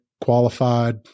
qualified